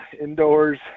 indoors